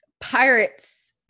pirates-